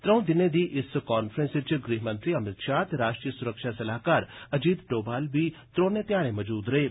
त्रऊं दिनें दी इस कांफ्रेंस च गृह मंत्री अमित शाह ते राष्ट्रीय सुरक्षा सलाहकार अजीत डोभाल बी त्रोनें ध्याड़ें मजूद रेह्